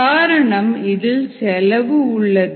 காரணம் இதில் செலவு உள்ளது